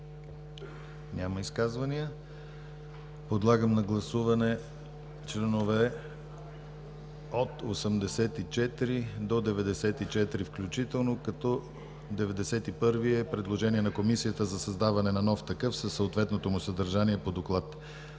Няма. Подлагам на гласуване членове от 84 до 94 включително, като чл. 91 е предложение на Комисията за създаване на нов такъв със съответното му съдържание по доклада.